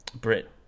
brit